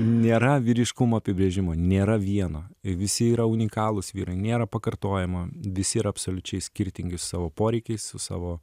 nėra vyriškumo apibrėžimo nėra vieno visi yra unikalūs vyrai nėra pakartojama visi ir absoliučiai skirtingi savo poreikiais su savo